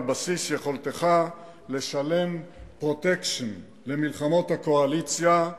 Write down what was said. בסיס יכולתך לשלם "פרוטקשן" למלחמות הקואליציה,